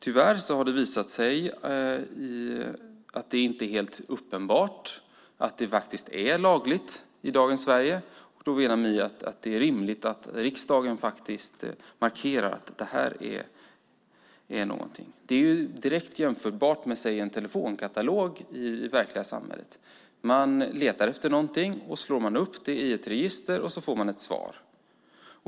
Tyvärr har det visat sig att det inte är helt uppenbart att det faktiskt är lagligt i dagens Sverige. Vi menar att det är rimligt att riksdagen gör en markering. Det här är direkt jämförbart med till exempel en telefonkatalog i verkliga samhället. Man letar efter något, slår upp i ett register och får ett svar.